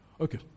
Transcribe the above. Okay